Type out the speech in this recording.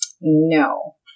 No